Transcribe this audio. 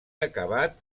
acabat